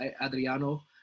Adriano